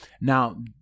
now